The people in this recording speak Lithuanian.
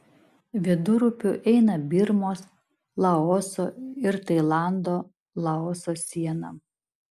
vidurupiu eina birmos laoso ir tailando laoso siena